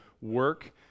work